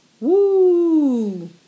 woo